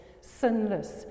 sinless